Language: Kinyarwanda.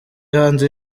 hanze